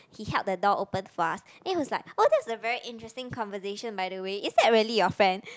he held the door open for us and he was like oh that's a very interesting conversation by the way is that really your friend